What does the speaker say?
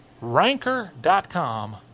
ranker.com